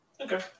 Okay